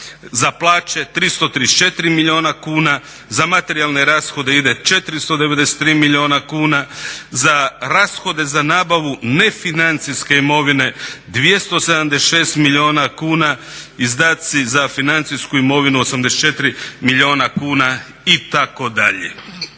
Za plaće 334 milijuna kuna, za materijalne rashode ide 493 milijuna kuna, za rashode za nabavu nefinancijske imovine 276 milijuna kuna, izdaci za financijsku imovinu 84 milijuna kuna itd..